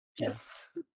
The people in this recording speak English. Yes